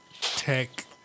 tech